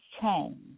change